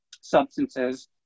substances